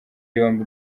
yombi